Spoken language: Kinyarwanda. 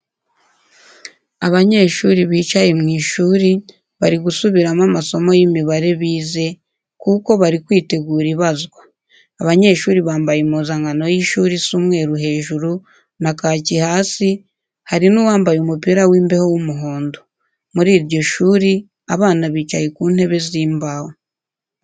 Abanyeshuri bicaye mu ishuri, bari gusubiramo amasomo y'imibare bize, kuko bari kwitegura ibazwa. Abanyeshuri bambaye impuzankano y'ishuri isa umweru hejuru, na kaki hasi, hari n'uwambaye umupira w'imbeho w'umuhondo. Muri iryo shuri, abana bicaye ku ntebe z'imbaho.